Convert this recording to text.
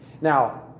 Now